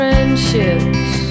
Friendships